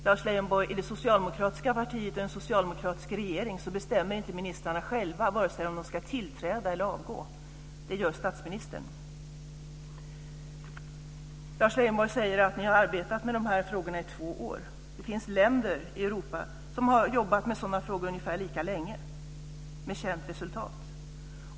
Fru talman! I det socialdemokratiska partiet och i en socialdemokratisk regering, Lars Leijonborg, bestämmer inte ministrarna själva vare sig om de ska tillträda eller om de ska avgå. Det gör statsministern. Lars Leijonborg säger att de har arbetat med frågorna i två år. Det finns länder i Europa som har jobbat med sådana frågor ungefär lika länge, med känt resultat.